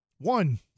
One